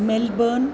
Melbourne